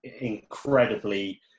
incredibly